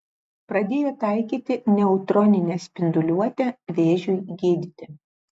pradėjo taikyti neutroninę spinduliuotę vėžiui gydyti